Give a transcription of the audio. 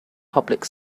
public